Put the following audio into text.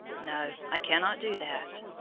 no, i cannot do that.